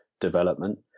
development